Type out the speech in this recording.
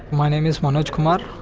my name is manoj kumar,